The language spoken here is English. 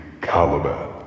Caliban